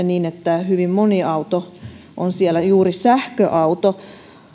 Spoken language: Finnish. niin että hyvin moni auto on siellä juuri sähköauto